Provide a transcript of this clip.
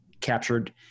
captured